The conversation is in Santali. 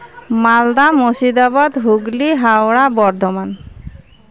ᱢᱟᱞᱫᱟ ᱢᱩᱨᱥᱤᱫᱟᱵᱟᱫ ᱦᱩᱜᱽᱞᱤ ᱦᱟᱣᱲᱟ ᱵᱚᱨᱫᱷᱚᱢᱟᱱ